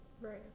Right